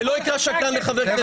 שלא יקרא שקרן לחבר כנסת.